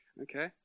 Okay